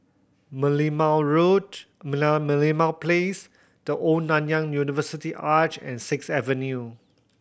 Merlimau Road Merlimau Place The Old Nanyang University Arch and Sixth Avenue